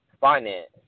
finance